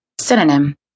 Synonym